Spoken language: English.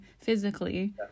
physically